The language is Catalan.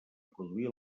produir